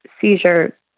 seizure